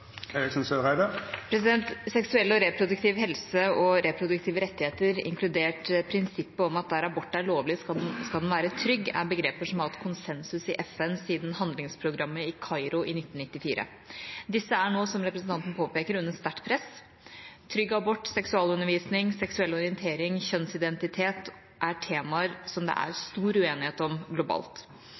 Seksuell og reproduktiv helse og reproduktive rettigheter, inkludert prinsippet om at der abort er lovlig, skal kvinnen være trygg, er begreper som har hatt konsensus i FN siden handlingsprogrammet i Kairo i 1994. Disse er nå, som representanten påpeker, under sterkt press. Trygg abort, seksualundervisning, seksuell orientering og kjønnsidentitet er temaer som det er stor uenighet om globalt.